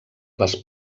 les